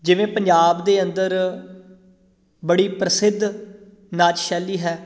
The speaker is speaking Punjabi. ਜਿਵੇਂ ਪੰਜਾਬ ਦੇ ਅੰਦਰ ਬੜੀ ਪ੍ਰਸਿੱਧ ਨਾਚ ਸ਼ੈਲੀ ਹੈ